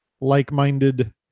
like-minded